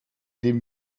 dem